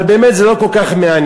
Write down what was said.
אבל באמת זה לא כל כך מעניין,